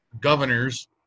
governors